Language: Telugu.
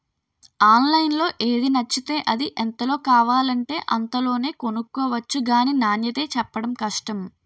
ఆన్లైన్లో ఏది నచ్చితే అది, ఎంతలో కావాలంటే అంతలోనే కొనుక్కొవచ్చు గానీ నాణ్యతే చెప్పడం కష్టం